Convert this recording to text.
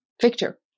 Victor